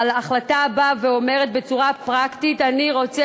אבל ההחלטה באה ואומרת בצורה פרקטית: אני רוצה